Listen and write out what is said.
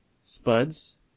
spuds